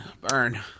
Burn